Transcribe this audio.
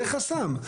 זה חסם.